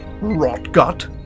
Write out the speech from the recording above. Rot-gut